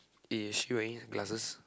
eh is she wearing glasses